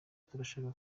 turashaka